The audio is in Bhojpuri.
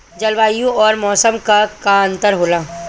जलवायु और मौसम में का अंतर होला?